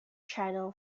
channel